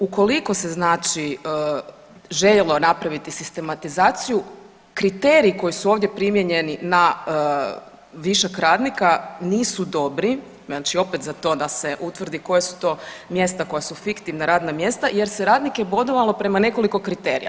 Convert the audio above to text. Ukoliko se znači željelo napraviti sistematizaciju kriteriji koji su ovdje primijenjeni na višak radnika nisu dobri, znači opet za to da se utvrdi koja su to mjesta koja su fiktivna radna mjesta jer se radnike bodovalo prema nekoliko kriterija.